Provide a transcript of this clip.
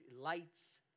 lights